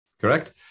correct